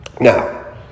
Now